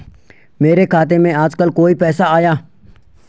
मेरे खाते में आजकल कोई पैसा आया?